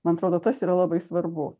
man atrodo tas yra labai svarbu